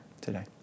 today